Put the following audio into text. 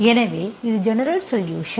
எனவே இது ஜெனரல்சொலுஷன்